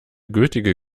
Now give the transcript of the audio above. gültige